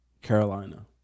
Carolina